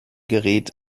gerät